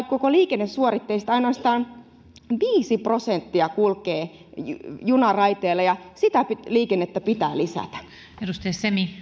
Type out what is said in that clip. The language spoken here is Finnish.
koko liikennesuoritteista ainoastaan viisi prosenttia kulkee junaraiteilla ja sitä liikennettä pitää lisätä